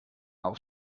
auf